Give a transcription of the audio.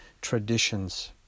traditions